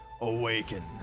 Awaken